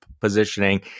positioning